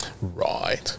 Right